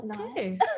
Okay